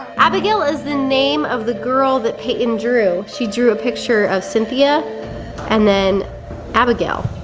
abigail is the name of the girl that payton drew. she drew a picture of cynthia and then abigail.